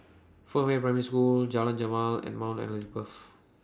Fernvale Primary School Jalan Jamal and Mount Elizabeth